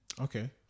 okay